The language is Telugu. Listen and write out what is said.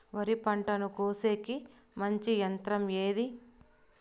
వరి పంటను కోసేకి మంచి యంత్రం ఏది?